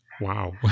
wow